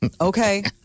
Okay